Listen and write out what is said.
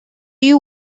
you